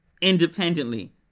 Independently